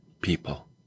people